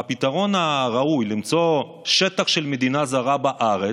הפתרון הראוי, למצוא שטח של מדינה זרה בארץ,